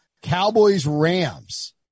Cowboys-Rams